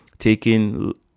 taking